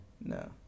No